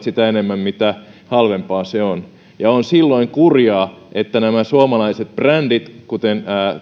sitä enemmän mitä halvempaa se on ja on silloin kurjaa että suomalaiset brändit kuten